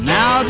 Now